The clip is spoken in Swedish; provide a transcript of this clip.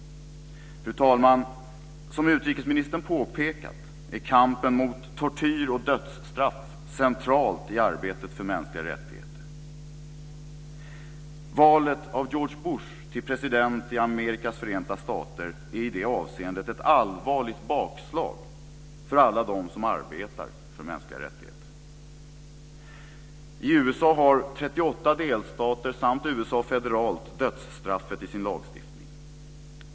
Fru talman! Som utrikesministern påpekat är kampen mot tortyr och dödsstraff central i arbetet för mänskliga rättigheter. Valet av George Bush till president i Amerikas förenta stater är i det avseendet ett allvarligt bakslag för alla dem som arbetar för mänskliga rättigheter. I USA har 38 delstater samt USA federalt dödsstraffet i sin lagstiftning.